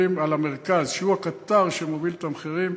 על המרכז שהוא הקטר שמוביל את המחירים.